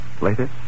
later